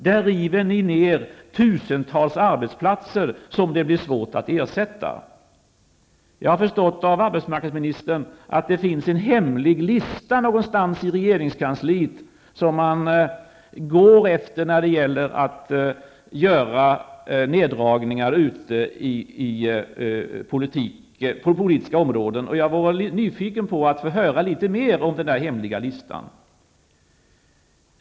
Där river ni ned tusentals arbetsplatser, som det blir svårt att ersätta. Jag har förstått av vad arbetsmarknadsministern sagt att det någonstans i regeringskansliet finns en hemlig lista som man går efter när det gäller att göra neddragningar på politiska områden. Jag är nyfiken på att få höra litet mer om den där hemliga listan.